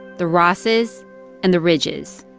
the rosses and the ridges,